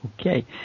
okay